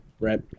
Right